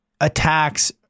attacks